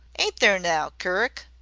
ain't there now, curick?